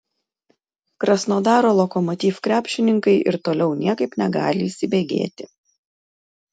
krasnodaro lokomotiv krepšininkai ir toliau niekaip negali įsibėgėti